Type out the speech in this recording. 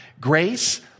Grace